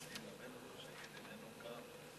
ההצעה להעביר את הצעת חוק הביטוח הלאומי (תיקון מס'